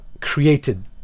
created